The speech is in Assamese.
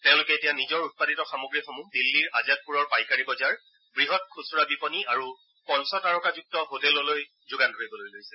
তেওঁলোকে এতিয়া নিজৰ উৎপাদিত সামগ্ৰীসমূহ দিল্লীৰ আজাদপুৰৰ পাইকাৰী বজাৰ বৃহৎ খুচুৰা বিপণী আৰু পঞ্চতাৰকাযুক্ত হোটেললৈ যোগান ধৰিবলৈ লৈছে